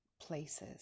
places